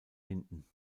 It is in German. hinten